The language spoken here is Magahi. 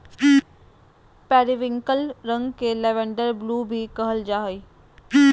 पेरिविंकल रंग के लैवेंडर ब्लू भी कहल जा हइ